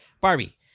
Barbie